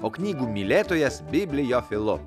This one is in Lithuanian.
o knygų mylėtojas bibliofilu